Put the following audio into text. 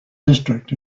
district